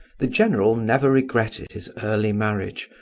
the general never regretted his early marriage,